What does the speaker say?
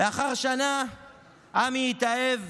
לאחר שנה עמי התאהב